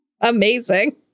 Amazing